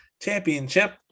Championship